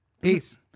peace